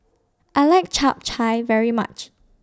I like Chap Chai very much